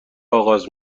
آغاز